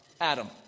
Adam